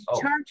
charge